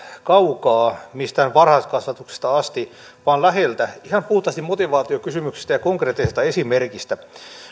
kaukaa mistään varhaiskasvatuksesta asti vaan läheltä ihan puhtaasti motivaatiokysymyksistä ja konkreettisesta esimerkistä